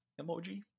emoji